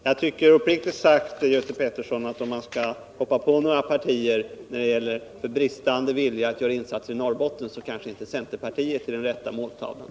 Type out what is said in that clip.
Uppriktigt sagt tycker jag, Göte Pettersson, att om man skall hoppa på några partier för bristande vilja att göra insatser i Norrbotten, är kanske centerpartiet inte den rätta måltavlan.